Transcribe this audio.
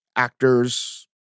Actors